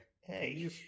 Hey